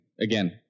again